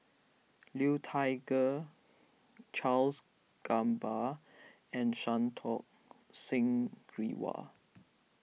Liu Thai Ker Charles Gamba and Santokh Singh Grewal